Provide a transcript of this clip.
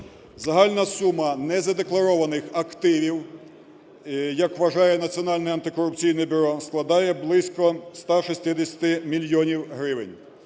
Загальна сума незадекларованих активів, як вважає Національне антикорупційне бюро, складає близько 160 мільйонів гривень".